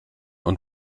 und